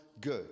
good